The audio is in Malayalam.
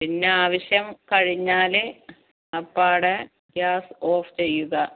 പിന്നെ ആവശ്യം കഴിഞ്ഞാൽ അപ്പാടെ ഗ്യാസ് ഓഫ് ചെയ്യുക